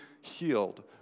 healed